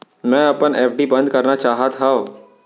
मै अपन एफ.डी बंद करना चाहात हव